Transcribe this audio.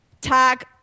tag